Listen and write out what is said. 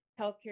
healthcare